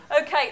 Okay